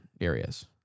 areas